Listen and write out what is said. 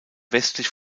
westlich